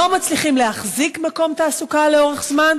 לא מצליחים להחזיק מקום תעסוקה לאורך זמן,